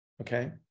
okay